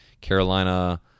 Carolina